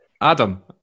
Adam